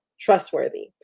trustworthy